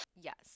Yes